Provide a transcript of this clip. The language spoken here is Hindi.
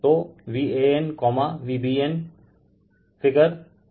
तो Van Vbn फिगर 3 में है